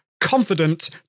CONFIDENT